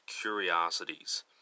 Curiosities